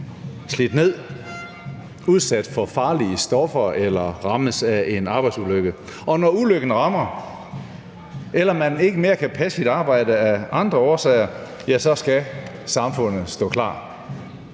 slidt ned, udsat for farlige stoffer eller rammes af en arbejdsulykke, og når ulykken rammer eller man ikke mere kan passe sit arbejde af andre årsager, skal samfundet stå klar.